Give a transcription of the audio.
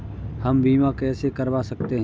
हम बीमा कैसे करवा सकते हैं?